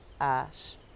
Ash